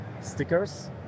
stickers